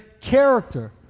character